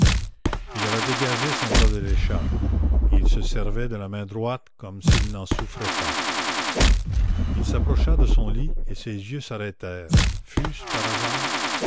il avait dégagé son bras de l'écharpe et il se servait de la main droite comme s'il n'en souffrait pas il s'approcha de son lit et ses yeux s'arrêtèrent fut-ce par hasard